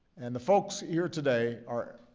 and the folks here today are